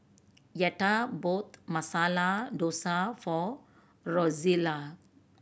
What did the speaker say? Yetta bought Masala Dosa for Rozella